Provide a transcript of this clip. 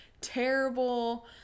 terrible